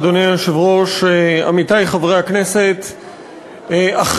אדוני היושב-ראש, תודה לך, עמיתי חברי הכנסת, אכן,